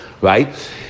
right